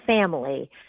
family